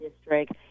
District